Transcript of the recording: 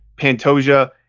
Pantoja